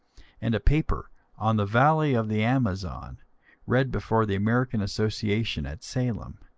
and a paper on the valley of the amazon read before the american association at salem.